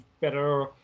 better